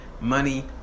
money